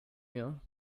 mir